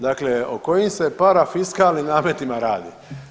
Dakle, o kojim se parafiskalnim nametima radi?